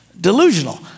delusional